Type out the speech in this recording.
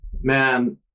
man